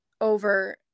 over